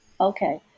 Okay